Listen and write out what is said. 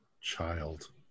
Child